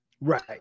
Right